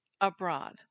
abroad